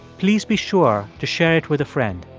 please be sure to share it with a friend.